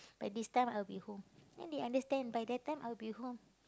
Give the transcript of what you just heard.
by this time I'll be home then they understand by that time I'll be home